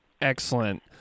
Excellent